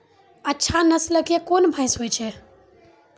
अच्छा नस्ल के कोन भैंस होय छै?